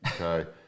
okay